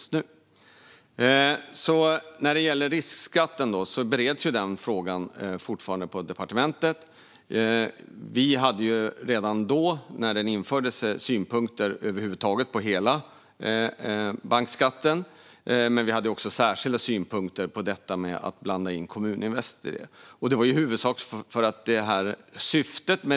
Frågan om riskskatten bereds fortfarande på departementet. Vi hade redan när den infördes synpunkter på hela bankskatten, och vi hade särskilda synpunkter på detta att blanda in Kommuninvest i det hela.